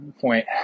point